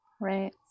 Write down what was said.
Right